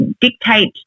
dictate